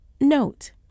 Note